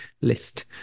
list